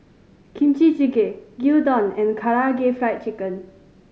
Kimchi Jjigae Gyudon and Karaage Fried Chicken